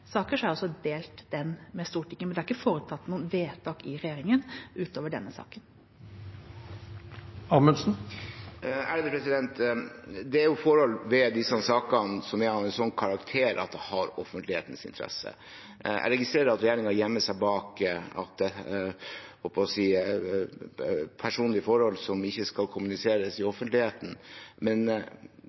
ikke blitt foretatt noe vedtak i regjeringen utover denne saken. Det er forhold ved disse sakene som er av en slik karakter at det har offentlighetens interesse. Jeg registrerer at regjeringen gjemmer seg bak at det er personlige forhold som det ikke skal kommuniseres om i offentligheten, men